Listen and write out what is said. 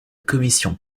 commission